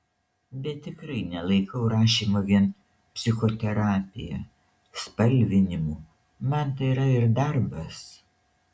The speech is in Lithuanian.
bet tikrai nelaikau rašymo vien psichoterapija spalvinimu man tai yra ir darbas